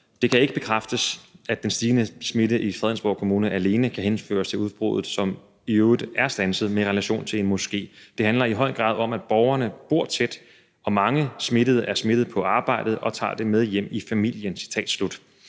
Det kan ikke bekræftes, at den stigende smitte i Fredensborg Kommune alene kan henføres til udbruddet, som i øvrigt er standset, med relation til en moské. Det handler i høj grad om, at borgerne bor tæt, og mange smittede er smittet på arbejdet og tager det med hjem i familien.